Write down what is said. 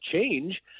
change